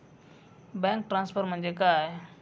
Bank transfer म्हणजे काय?